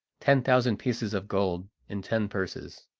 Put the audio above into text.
ten thousand pieces of gold in ten purses.